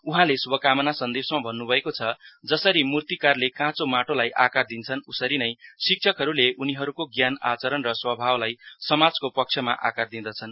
उहाँले शुभकामना सन्देसमा भन्नु भएको छ जसरी मुर्तिकारले काँचो माटोलाई आकार दिन्छन् उसरी नै शिक्षकहरूले उनीहरूको ज्ञान आचरण र स्वभावलाई समाजको पक्षमा आकार दिँदछन्